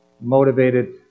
motivated